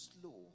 slow